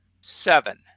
seven